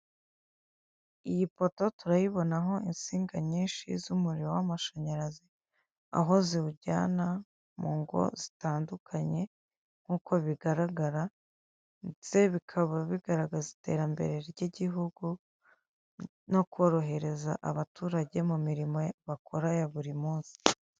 Iyi poto turayibonaho insinga nyinshi z'umuriro w'amashanyarazi, aho ziwujyana mu ngo zitandukanye nkuko bigaragara, ndetse bikaba bigaragaza iterambere ry'igihuhu no korohereza abaturage mu mirimo bakora ya buri munsi.